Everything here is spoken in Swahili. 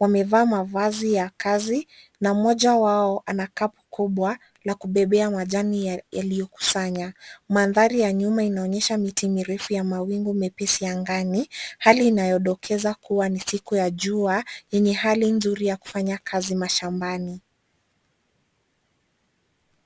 Wamevaa mavazi ya kazi na mmoja wao anakaa mkubwa na kubebea majani yaliyo kusanya. Madhari ya nyuma inaonyesha miti mirefu ya mawingu mepesi angani hali inayodokeza kua ni siku ya jua yenye hali nzuri ya kufanya kazi mashambani.